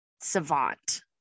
savant